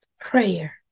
Prayer